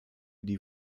die